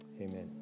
Amen